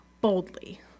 boldly